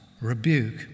rebuke